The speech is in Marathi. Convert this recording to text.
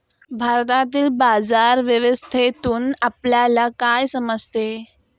भारतातील बाजार व्यवस्थेतून आपल्याला काय समजते?